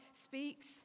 speaks